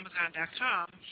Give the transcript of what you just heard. Amazon.com